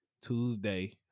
Tuesday